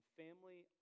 family